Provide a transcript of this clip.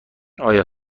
آیا